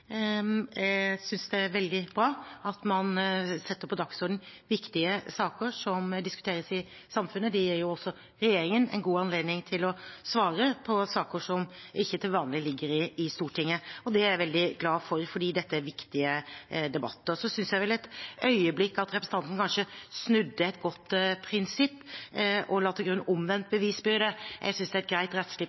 Jeg synes det er veldig bra at man setter på dagsordenen viktige saker som diskuteres i samfunnet. Det gir jo også regjeringen en god anledning til å svare på saker som ikke til vanlig ligger i Stortinget. Det er jeg veldig glad for, fordi dette er viktige debatter. Så synes jeg vel et øyeblikk at representanten kanskje snudde et godt prinsipp og la til grunn omvendt bevisbyrde. Jeg synes det er et greit